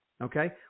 Okay